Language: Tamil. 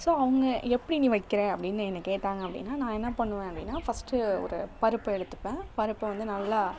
ஸோ அவங்க எப்படி நீ வைக்கிற அப்படின்னு என்ன கேட்டாங்க அப்படின்னா நான் என்ன பண்ணுவேன் அப்படின்னா ஃபர்ஸ்ட்டு ஒரு பருப்பு எடுத்துப்பேன் பருப்பை வந்து நல்லா